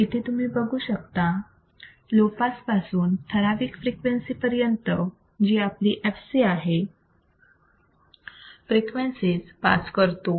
इथे तुम्ही बघू शकता लो पास पासून ठराविक फ्रिक्वेन्सी पर्यंत जी आपली fc आहे फ्रिक्वेन्सीज पास करतो